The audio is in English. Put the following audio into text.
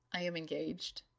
i am engaged,